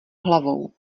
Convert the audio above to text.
hlavou